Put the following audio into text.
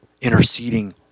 interceding